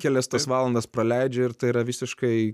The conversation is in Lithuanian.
kelias valandas praleidžia ir tai yra visiškai